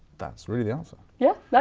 that's really the answer. yeah yeah,